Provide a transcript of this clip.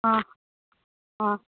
ꯑꯥ ꯑꯥ